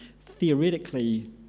theoretically